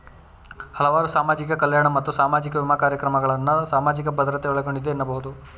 ಹಲವಾರು ಸಾಮಾಜಿಕ ಕಲ್ಯಾಣ ಮತ್ತು ಸಾಮಾಜಿಕ ವಿಮಾ ಕಾರ್ಯಕ್ರಮಗಳನ್ನ ಸಾಮಾಜಿಕ ಭದ್ರತೆ ಒಳಗೊಂಡಿದೆ ಎನ್ನಬಹುದು